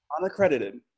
Unaccredited